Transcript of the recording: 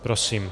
Prosím.